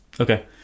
Okay